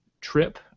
trip